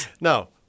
No